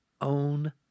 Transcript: own